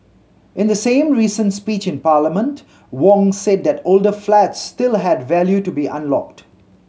in the same recent speech in Parliament Wong said that older flats still had value to be unlocked